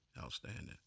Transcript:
Outstanding